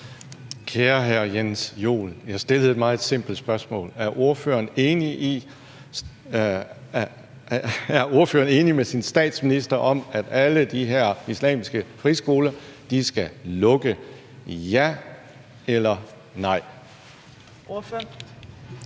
Kære hr. Jens Joel, jeg stillede et meget simpelt spørgsmål: Er ordføreren enig med sin statsminister i, at alle de her islamiske friskoler skal lukke – ja eller nej?